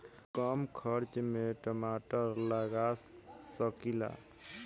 कम खर्च में टमाटर लगा सकीला?